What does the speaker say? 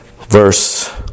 verse